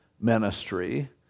ministry